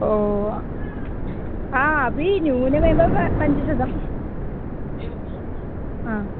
ओ हा अपि न्यूनमेव व पञ्चशतम् आ